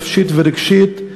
נפשית ורגשית,